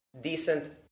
decent